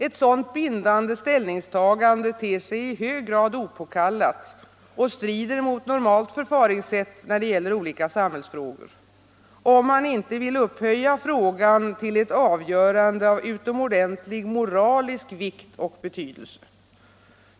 Ett sådant bindande ställningstagande ter sig i hög grad opåkallat och strider mot normalt förfaringssätt när det gäller olika samhällsfrågor — om man inte vill upphöja frågan till ett avgörande av utomordentlig moralisk vikt och betydelse.